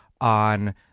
on